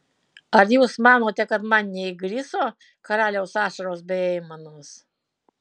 ar jūs manote kad man neįgriso karaliaus ašaros bei aimanos